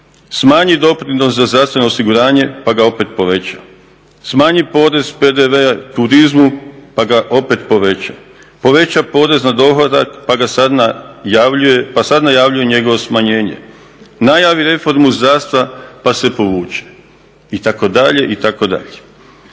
Smanji doprinos za zdravstveno osiguranje pa ga opet poveća. Smanji porez, PDV turizmu pa ga opet poveća. Poveća porez na dohodak pa sad najavljuje njegovo smanjenje. Najavi reformu zdravstva pa se povuče. Itd., itd.